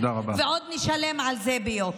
ועוד נשלם על זה ביוקר.